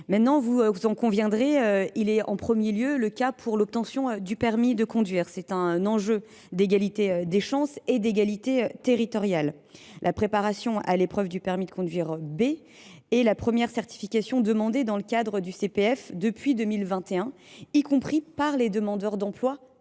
maintenant deux mois. En premier lieu, nous devons faciliter l’obtention du permis de conduire. C’est un enjeu d’égalité des chances et d’égalité territoriale. La préparation à l’épreuve du permis de conduire B est ainsi la première certification demandée dans le cadre du CPF depuis 2021, y compris par les demandeurs d’emploi